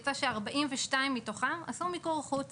יצא ש-42 מתוכן עשו מיקור חוץ